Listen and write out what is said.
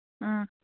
ꯑꯥ